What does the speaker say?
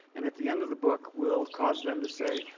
and at the end of the book will cause them to say,